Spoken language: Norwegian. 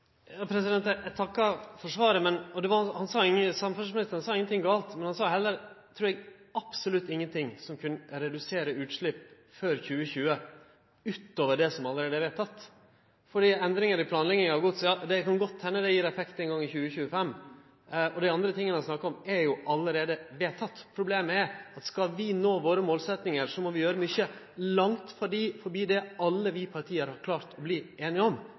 Eg takkar for svaret. Samferdselsministeren sa ingenting gale, men han sa absolutt ingenting heller – trur eg – om det som kunne redusere utslepp før 2020 utover det som allereie er vedteke. Endringane i planlegging – ja, det kan godt hende det gjev effekt ein gong i 2025, og det andre han snakka om, er jo allereie vedteke. Problemet er at skal vi nå våre målsetjingar, må vi gjere mykje – langt meir enn det alle vi partia har klart å verte einige om.